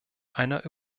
einer